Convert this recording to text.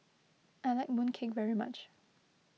I like Mooncake very much